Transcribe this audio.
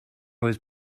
was